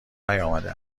نیامده